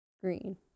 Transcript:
Green